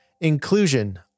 inclusion